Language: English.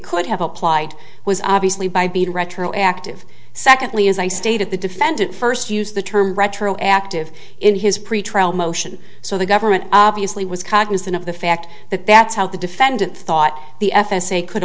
could have applied was obviously by be retroactive secondly as i stated the defendant first used the term retroactive in his pretrial motion so the government obviously was cognizant of the fact that that's how the defendant thought the f s a could